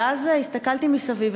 ואז הסתכלתי סביב,